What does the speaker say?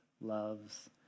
loves